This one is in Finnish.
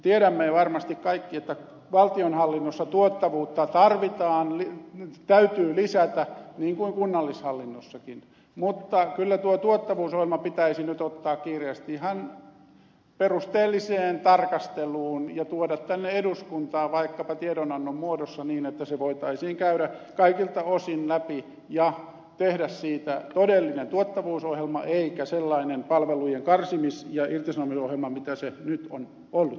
tiedämme varmasti kaikki että valtionhallinnossa tuottavuutta täytyy lisätä niin kuin kunnallishallinnossakin mutta kyllä tuo tuottavuusohjelma pitäisi nyt ottaa kiireesti ihan perusteelliseen tarkasteluun ja tuoda tänne eduskuntaan vaikkapa tiedonannon muodossa niin että se voitaisiin käydä kaikilta osin läpi ja tehdä siitä todellinen tuottavuusohjelma eikä sellaista palvelujen karsimis ja irtisanomisohjelmaa jota se nyt on ollut